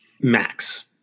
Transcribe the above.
max